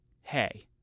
Hey